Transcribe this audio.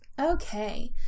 Okay